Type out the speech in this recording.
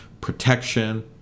protection